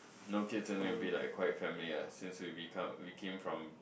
no kids then they will be like quite a family lah since we become we came from